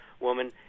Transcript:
woman